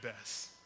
best